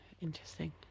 Interesting